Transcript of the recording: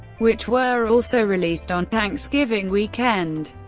which were also released on thanksgiving weekend.